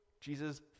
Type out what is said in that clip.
Jesus